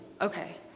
Okay